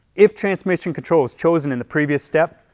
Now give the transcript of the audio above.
if transmission control is chosen in the previous step,